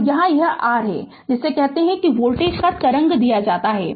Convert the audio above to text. और यहाँ यह r है जिसे कहते हैं कि वोल्टेज का तरंग दिया जाता है